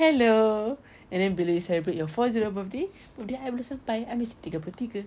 hello and then bila you celebrate your four zero birthday birthday I belum sampai I masih tiga puluh tiga